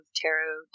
tarot